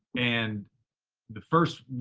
and the first,